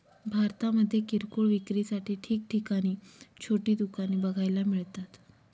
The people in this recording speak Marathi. भारतामध्ये किरकोळ विक्रीसाठी ठिकठिकाणी छोटी दुकाने बघायला मिळतात